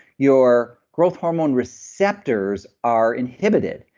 your growth hormone receptors are inhibited.